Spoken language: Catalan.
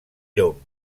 llom